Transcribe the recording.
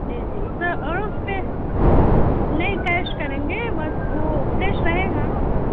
جی جی سر اور اس پہ نہیں کیش کریں گے وہ فریش رہے گا نا سر